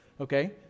okay